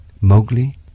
Mowgli